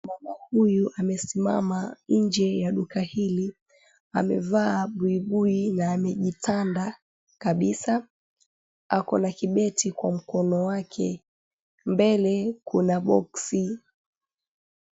Mama huyu amesimama nje ya duka hili, amevaa buibui na amejitanda kabisa. Ako na kibeti kwa mkono wake, mbele kuna boksi.